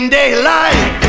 daylight